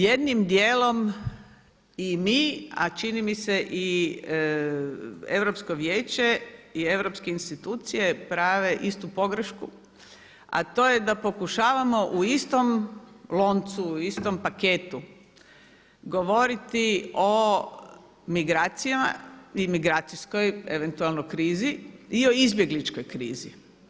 Jednim dijelom i mi, a čini mi se i Europsko vijeće i europske institucije prave istu pogrešku, a to je da pokušavamo u istom loncu, u istom paketu govoriti o migracijama i migracijskoj eventualno krizi i o izbjegličkoj krizi.